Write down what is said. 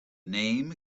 name